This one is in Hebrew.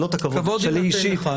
לא את הכבוד שלי אישית --- כבוד יינתן לך,